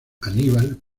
aníbal